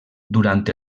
durant